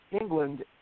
England